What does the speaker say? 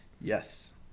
Yes